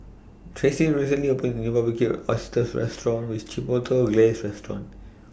Tracy recently opened A New Barbecued Oysters with Chipotle Glaze Restaurant